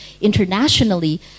internationally